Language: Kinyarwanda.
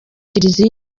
kiliziya